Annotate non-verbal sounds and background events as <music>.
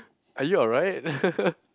are you alright <laughs>